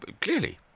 clearly